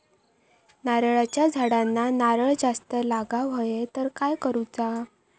नारळाच्या झाडांना नारळ जास्त लागा व्हाये तर काय करूचा?